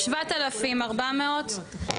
7,400 ₪,